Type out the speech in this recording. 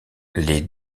les